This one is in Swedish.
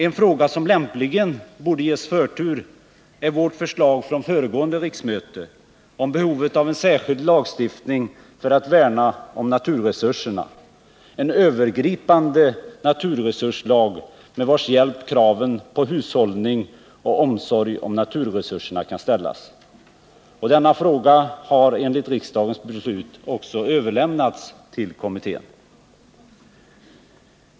En fråga som lämpligen borde ges förtur är vårt förslag från föregående riksmöte om behovet av en särskild lagstiftning för att värna om naturresurserna, en övergripande naturresurslag med vars hjälp kraven på hushållning och omsorg om naturresurserna kan ställas. Denna fråga har enligt riksdagens beslut också överlämnats till kommittén.